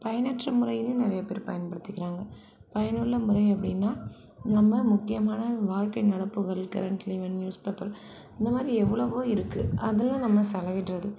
பயனற்ற முறையில நிறையா பேர் பயன்படுத்திக்கிறாங்க பயனுள்ள முறை அப்படின்னா நம்ம முக்கியமான வாழ்க்கை நடப்புகள் கரண்ட்டில் நியூஸ் பேப்பர் இந்த மாதிரி எவ்வளவோ இருக்கு அதில் நம்ம செலவிடுறது